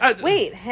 Wait